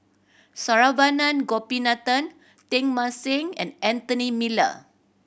Saravanan Gopinathan Teng Mah Seng and Anthony Miller